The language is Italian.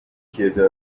chiede